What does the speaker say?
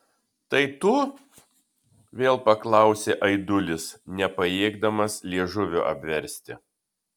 tai tu vėl paklausė aidulis nepajėgdamas liežuvio apversti